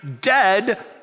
dead